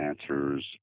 answers